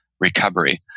recovery